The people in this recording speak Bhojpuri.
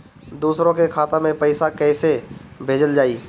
दूसरे के खाता में पइसा केइसे भेजल जाइ?